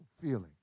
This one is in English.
feeling